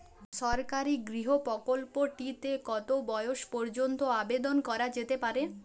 সরকারি গৃহ প্রকল্পটি তে কত বয়স পর্যন্ত আবেদন করা যেতে পারে?